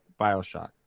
Bioshock